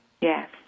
Yes